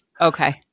Okay